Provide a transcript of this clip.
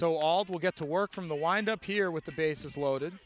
so all get to work from the wind up here with the bases loaded